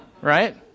right